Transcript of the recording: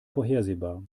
vorhersehbar